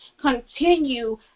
continue